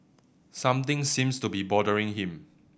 something seems to be bothering him